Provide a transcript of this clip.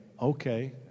okay